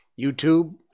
YouTube